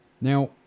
Now